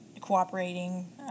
cooperating